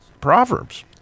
Proverbs